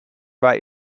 war